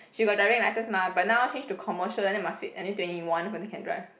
she got driving licence mah but now change to commercial and then must wait at least twenty one before can drive